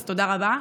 אז תודה רבה.